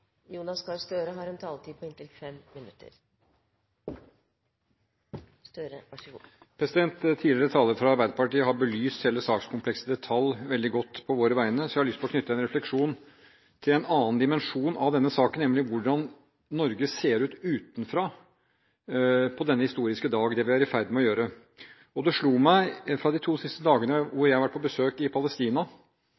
Tidligere talere fra Arbeiderpartiet har belyst hele sakskomplekset i detalj veldig godt på våre vegne, så jeg har lyst å knytte en refleksjon til en annen dimensjon av denne saken, nemlig hvordan Norge, med det vi er i ferd med å gjøre, ser ut utenfra på denne historiske dag. Det slo meg, og de to siste dagene har jeg vært på besøk i Palestina, som er en stat som aspirerer til å bli anerkjent av verden, og hvor